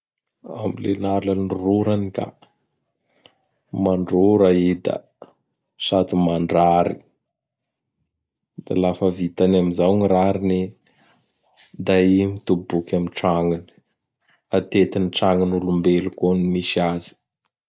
Amin'ny alalan'ny rorany ka! Mandrora i da sady mandrary. Da lafa vitany amin'izao ny rariny, da i mitoboky amin'ny trañony. Atetin'ny trañon'olombelo koa ñy misy azy.